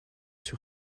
sur